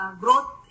growth